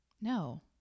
No